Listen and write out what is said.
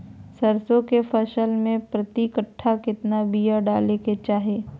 सरसों के फसल में प्रति कट्ठा कितना बिया डाले के चाही?